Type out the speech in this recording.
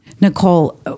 Nicole